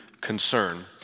concern